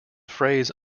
phrase